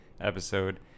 episode